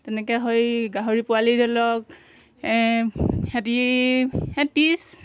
তেনেকৈ হেৰি গাহৰি পোৱালি ধৰি লওক এই সিহঁতি ত্ৰিছ